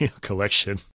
collection